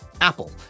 Apple